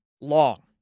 long